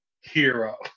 Hero